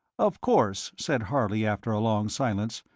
of course, said harley, after a long silence,